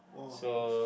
!wah! yes